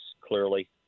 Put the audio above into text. clearly